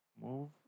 move